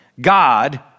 God